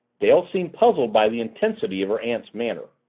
dale seemed puzzled by the intensity of her aunt's manner.